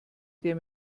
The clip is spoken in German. der